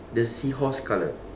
the seahorse colour